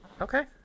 okay